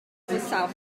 for